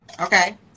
okay